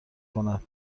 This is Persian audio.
کند